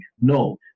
No